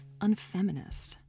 unfeminist